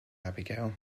abigail